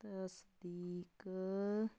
ਤਸਦੀਕ